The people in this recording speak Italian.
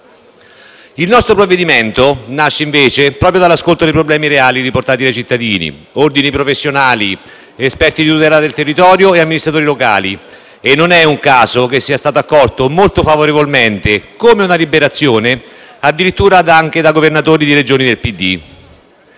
Il nostro provvedimento nasce invece proprio dall’ascolto dei problemi reali riportati da cittadini, ordini professionali, esperti di tutela del territorio e amministratori locali. E non è un caso che sia stato accolto molto favorevolmente, come una liberazione, addirittura anche da governatori di Regioni